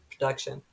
production